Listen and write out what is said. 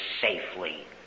safely